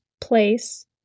place